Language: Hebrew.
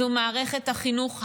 זו מערכת החינוך היום.